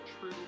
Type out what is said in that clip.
true